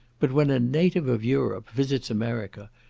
but when a native of europe visits america,